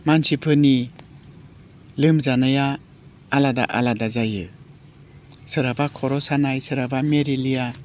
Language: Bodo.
मानसिफोरनि लोमजानाया आलादा आलादा जायो सोरहाबा खर' सानाय सोरहाबा मेलेरिया